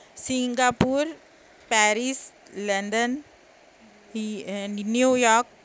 Singapore Paris London E N New York